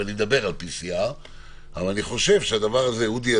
ואני מדבר על PCR. אני חושב שהדבר הזה אודי,